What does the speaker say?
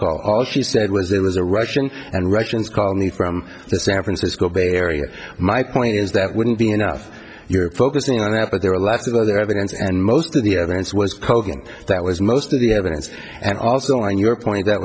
call all she said was there was a russian and russians call me from the san francisco bay area my point is that wouldn't be enough you're focusing on that but there are lots of other evidence and most of the evidence was poking that was most of the evidence and also on your point that